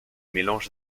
mélanges